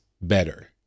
better